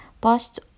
post